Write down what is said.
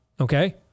Okay